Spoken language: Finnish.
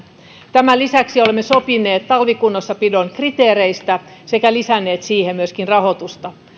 tämän lisäksi olemme sopineet talvikunnossapidon kriteereistä sekä lisänneet siihen myöskin rahoitusta